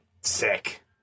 Sick